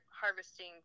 harvesting